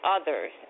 others